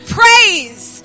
praise